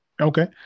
Okay